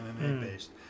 MMA-based